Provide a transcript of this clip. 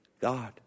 God